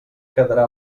quedarà